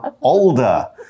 older